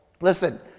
Listen